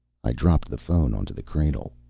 i dropped the phone onto the cradle.